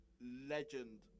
legend